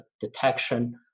detection